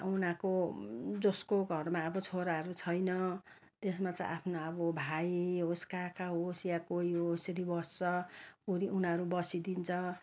अब उनीहरूको जसको घरमा अब छोराहरू छैन त्यसमा चाहिँ आफ्नो अब भाइ होस् काका होस् या कोही होस् यसरी बस्छ कोही उनीहरू बसिदिन्छ